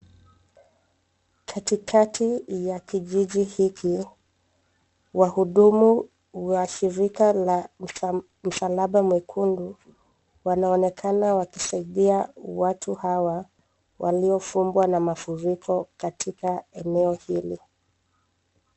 Katikati ya kijiji hiki, wahudumu wa shirika la msalaba mwekundu wanaonekana wakisaidia watu hawa waliofumbwa na mafuriko katika eneo hili.